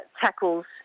tackles